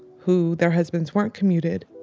who their husbands weren't commuted.